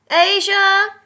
Asia